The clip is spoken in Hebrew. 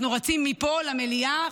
אנחנו רצים מפה למליאה,